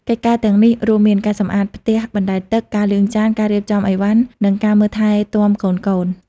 កិច្ចការទាំងនេះរួមមាន ការសម្អាតផ្ទះបណ្ដែតទឹក ការលាងចាន ការរៀបចំឥវ៉ាន់ និងការមើលថែទាំកូនៗ។